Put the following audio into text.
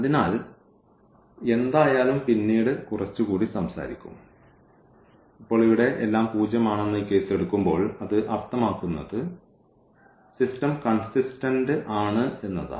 അതിനാൽ എന്തായാലും പിന്നീട് കുറച്ചുകൂടി സംസാരിക്കും ഇപ്പോൾ ഇവിടെ എല്ലാം പൂജ്യമാണെന്ന ഈ കേസ് എടുക്കുമ്പോൾ അത് അർത്ഥമാക്കുന്നത് സിസ്റ്റം കൺസിസ്റ്റന്റ് ആണെന്നതാണ്